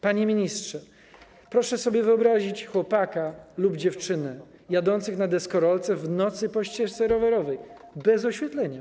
Panie ministrze, proszę sobie wyobrazić chłopaka lub dziewczynę jadących na deskorolce w nocy po ścieżce rowerowej bez oświetlenia.